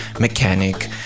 mechanic